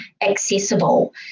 accessible